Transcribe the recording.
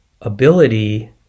ability